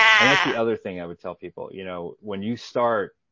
and that's the other thing i would tell people. you know when you start,